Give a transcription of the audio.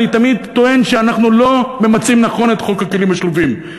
אני תמיד טוען שאנחנו לא ממצים נכון את חוק הכלים השלובים,